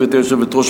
גברתי היושבת-ראש,